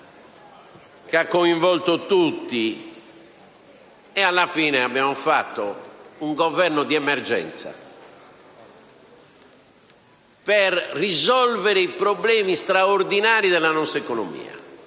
che ha coinvolto tutti. Alla fine abbiamo fatto un Governo di emergenza per risolvere i problemi straordinari della nostra economia,